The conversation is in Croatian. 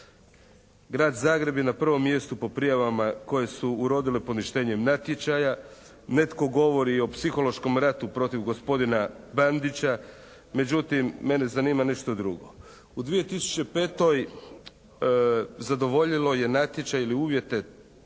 Grad Zagreb je na prvom mjestu po prijavama koje su urodile poništenjem natječaja. Netko govori o psihološkom ratu protiv gospodina Bandića, međutim mene zanima nešto drugo. U 2005. zadovoljilo je natječaj ili uvjete